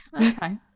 Okay